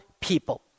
people